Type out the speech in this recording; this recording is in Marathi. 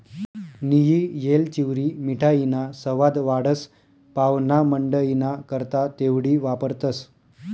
नियी येलचीवरी मिठाईना सवाद वाढस, पाव्हणामंडईना करता तेवढी वापरतंस